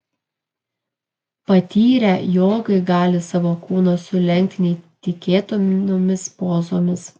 patyrę jogai gali savo kūną sulenkti neįtikėtinomis pozomis